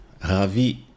Ravi